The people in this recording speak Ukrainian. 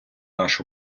наш